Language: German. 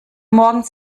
morgens